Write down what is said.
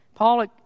Paul